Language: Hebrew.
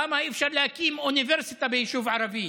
למה אי-אפשר להקים אוניברסיטה ביישוב ערבי?